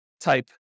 type